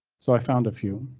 so i found a few.